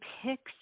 picks